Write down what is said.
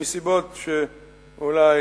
מסיבות שאולי